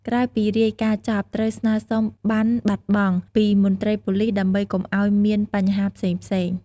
ក្រោយពីរាយការណ៍ចប់ ត្រូវស្នើសុំ បណ្ណបាត់បង់ ពីមន្ត្រីប៉ូលិសដើម្បីកុំអោយមានបញ្ហាផ្សេងៗ។